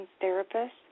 therapist